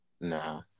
Nah